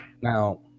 Now